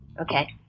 Okay